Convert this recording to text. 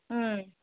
ওম